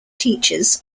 teachers